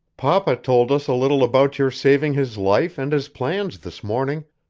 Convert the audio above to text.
papa told us a little about your saving his life and his plans this morning,